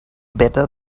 better